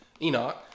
Enoch